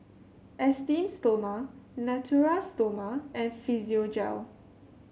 Esteem Stoma Natura Stoma and Physiogel